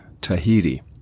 Tahiti